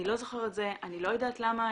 אני לא יודעת מה קרה.